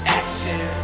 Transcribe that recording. action